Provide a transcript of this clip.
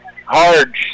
hard